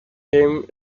came